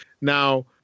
Now